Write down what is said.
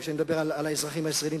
וכשאני מדבר על האזרחים הישראלים,